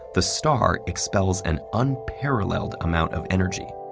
the star expels an unparalleled amount of energy,